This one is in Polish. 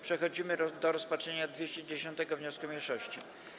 Przechodzimy do rozpatrzenia 210. wniosku mniejszości.